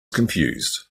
confused